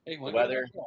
weather